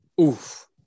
Oof